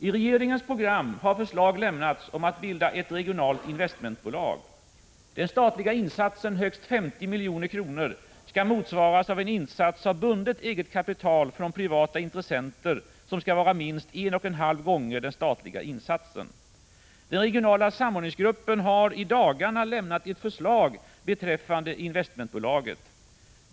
I regeringens program har förslag lämnats om att bilda ett regionalt investmentbolag. Den statliga insatsen, högst 50 milj.kr., skall motsvaras av en insats av bundet eget kapital från privata intressenter, som skall vara minst 1,5 gånger den statliga insatsen. Den regionala samordningsgruppen har i dagarna lämnat ett förslag beträffande investmentbolaget.